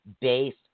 based